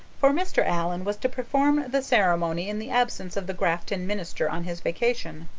for mr. allan was to perform the ceremony in the absence of the grafton minister on his vacation.